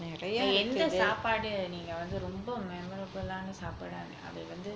இல்ல எந்த சாப்பாடு நீங்க வந்து ரொம்ப:இல்ல entha saappadu neenga vanthu romba memorable ஆன சாப்பாடா அது வந்து:aana saappadaa athu vanthu